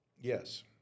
Yes